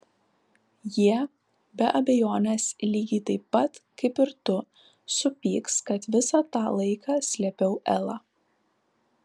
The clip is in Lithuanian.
jie be abejonės lygiai taip pat kaip ir tu supyks kad visą tą laiką slėpiau elą